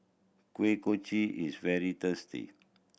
Kuih Kochi is very tasty